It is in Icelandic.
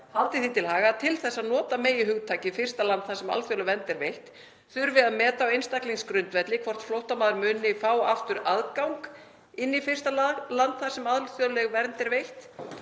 haldið því til haga að til þess að nota megi hugtakið „fyrsta land þar sem alþjóðleg vernd er veitt“ þurfi að meta á einstaklingsgrundvelli hvort flóttamaðurinn muni a. fá aftur aðgang inn í „fyrsta land þar sem alþjóðleg vernd er veitt“;